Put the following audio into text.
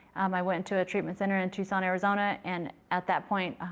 um i went into a treatment center in tucson, arizona. and at that point,